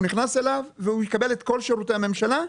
הוא נכנס אליו והוא יקבל את כל שירותי הממשלה,